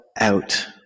out